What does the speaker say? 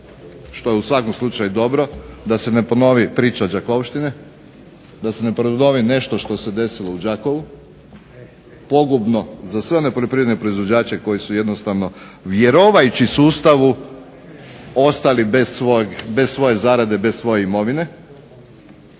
što je u svakom slučaju dobro, da se ne ponovi priča Đakovštine, da se ne ponovi nešto što se desilo u Đakovu pogubno za sve one poljoprivredne proizvođače koji su jednostavno vjerujući sustavu ostali bez svoje zarade i imovine,